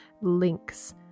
links